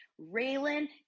Raylan